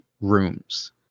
rooms